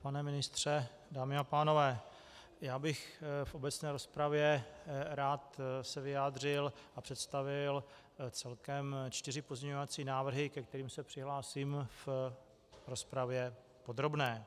Pane ministře, dámy a pánové, já bych se v obecné rozpravě rád vyjádřil a představil celkem čtyři pozměňovací návrhy, ke kterým se přihlásím v rozpravě podrobné.